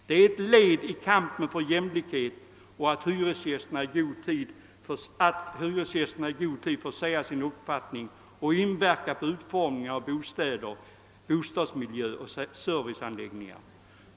Det är ett led i kampen för jämlikhet att hyresgästerna i god tid får säga sin mening om och inverka på utformningen av bostäder, bostadsmiljö och serviceanläggningar.